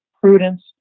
prudence